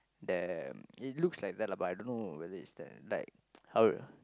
the mm it looks like that lah but I don't know whether is that like how